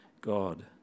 God